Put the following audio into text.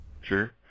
Sure